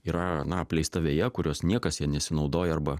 yra na apleista veja kurios niekas ją nesinaudoja arba